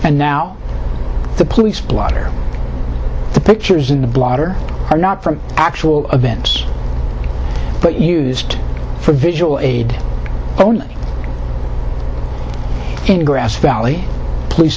and now the police blotter the pictures in the blotter are not from actual events but used for visual aid only in grass valley police